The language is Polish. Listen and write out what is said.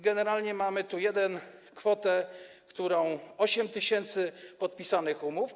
Generalnie mamy tu jeden, kwotę, którą... 8 tys. podpisanych umów.